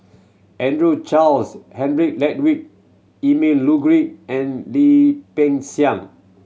Andrew Charles Henry Ludwig Emil and Lim Peng Siang